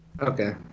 Okay